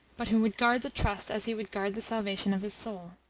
but who would guard the trust as he would guard the salvation of his soul.